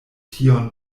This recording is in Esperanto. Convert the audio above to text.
tion